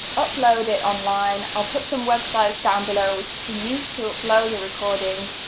upload it online, i'll put some websites down below which you can use to upload your recordings,